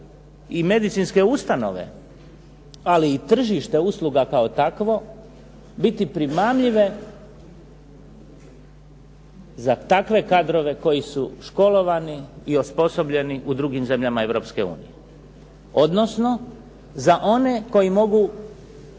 i medicinske ustanove, ali i tržište usluga kao takvo biti primamljive za takve kadrove koji su školovani i osposobljeni u drugim zemljama Europske unije. Odnosno za one koji mogu